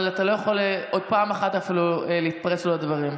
אבל אתה לא יכול אפילו עוד פעם אחת להתפרץ לו לדברים.